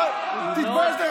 לא, לא.